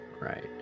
right